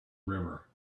river